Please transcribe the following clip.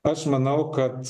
aš manau kad